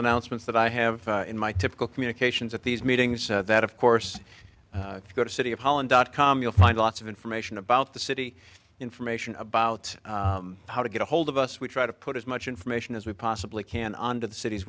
announcements that i have in my typical communications at these meetings that of course go to city hall and dot com you'll find lots of information about the city information about how to get ahold of us we try to put as much information as we possibly can onto the city's